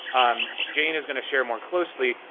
um jane is gonna share more closely,